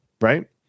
Right